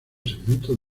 segmentos